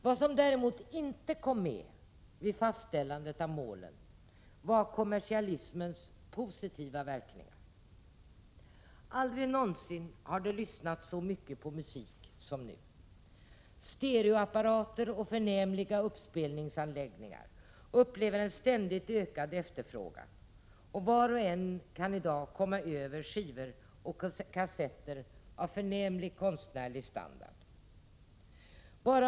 Vad som däremot inte kom med vid fastställandet av målen var kommersialismens positiva verkningar. Aldrig någonsin har det lyssnats så mycket på musik som nu. Stereoapparater och förnämliga uppspelningsanläggningar upplever en ständigt ökad efterfrågan, och var och en kan i dag komma över skivor och kassetter av förnämlig konstnärlig standard.